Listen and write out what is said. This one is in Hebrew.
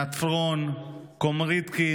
נתפורון, קומקריט,